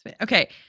Okay